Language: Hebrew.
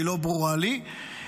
שהיא לא ברורה לי.